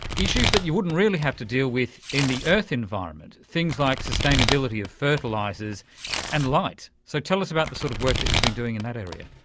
issues that you wouldn't really have to deal with in the earth environment, things like sustainability of fertilisers and light. so tell us about the sort of work that you've been doing in that area.